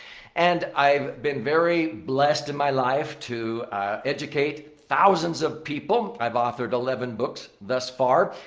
and i've been very blessed in my life to educate thousands of people. i've authored eleven books thus far.